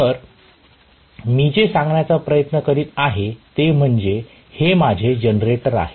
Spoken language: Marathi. तर मी जे सांगण्याचा प्रयत्न करीत आहे ते म्हणजे हे माझे जनरेटर आहे